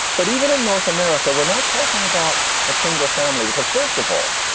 but even in north america, we're not talking about a single family because first of all,